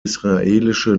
israelische